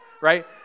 right